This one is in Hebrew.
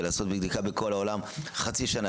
ולעשות בדיקה בכל העולם חצי שנה,